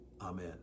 Amen